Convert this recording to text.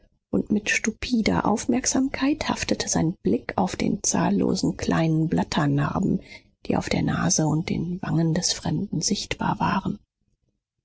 und mit stupider aufmerksamkeit haftete sein blick auf den zahllosen kleinen blatternarben die auf der nase und den wangen des fremden sichtbar waren